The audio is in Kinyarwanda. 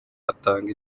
atanga